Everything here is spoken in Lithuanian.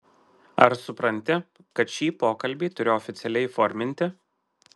ar supranti kad šį pokalbį turiu oficialiai įforminti